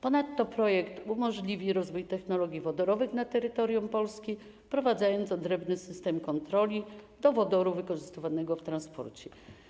Ponadto projekt umożliwi rozwój technologii wodorowych na terytorium Polski, wprowadzając odrębny system kontroli wodoru wykorzystywanego w transporcie.